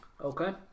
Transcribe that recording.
Okay